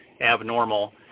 abnormal